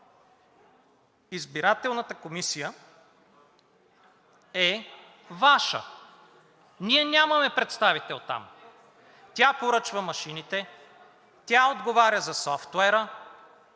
избирателната комисия е Ваша. Ние нямаме представител там. Тя поръчва машините, тя отговаря за софтуера.